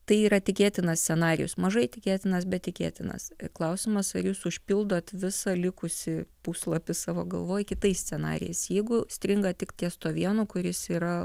tai yra tikėtinas scenarijus mažai tikėtinas bet tikėtinas klausimas ar jūs užpildot visą likusį puslapį savo galvoj kitais scenarijais jeigu stringa tik ties tuo vienu kuris yra